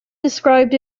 described